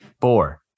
Four